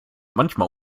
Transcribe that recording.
manchmal